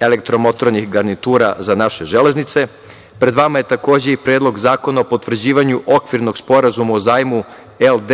elektromotornih garnitura za naše železnice. Pred vama je takođe i Predlog zakona o potvrđivanju okvirnog sporazuma o zajmu LD